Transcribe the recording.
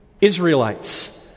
Israelites